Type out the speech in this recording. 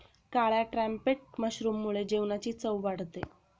काळ्या ट्रम्पेट मशरूममुळे जेवणाची चव वाढते